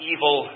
Evil